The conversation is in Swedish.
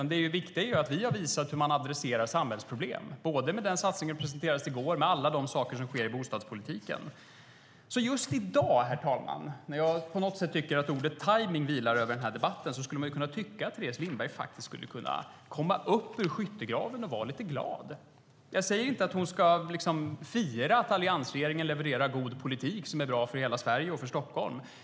Det viktiga är att vi har visat hur man adresserar samhällsproblem, både med den satsning som presenterades i går och med alla de saker som sker i bostadspolitiken. Just i dag när ordet tajmning vilar över debatten, herr talman, kan man tycka att Teres Lindberg skulle kunna komma upp ur skyttegraven och vara lite glad. Jag säger inte att hon ska fira att alliansregeringen levererar god politik som är bra för hela Sverige och för Stockholm.